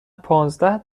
پانزده